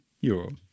euro